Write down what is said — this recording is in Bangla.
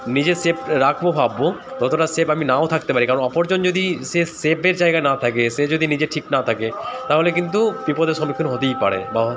নিজে সেফ রাখবো ভাববো ততটা সেফ আমি নাও থাকতে পারি কারণ অপরজন যদি সে সেফের জায়গা না থাকে সে যদি নিজে ঠিক না থাকে তাহলে কিন্তু বিপদের সম্মুখীন হতেই পারে বা